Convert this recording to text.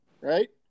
right